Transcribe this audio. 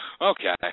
Okay